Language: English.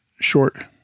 short